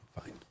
fine